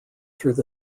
through